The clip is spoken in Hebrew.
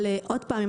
אבל עוד פעם,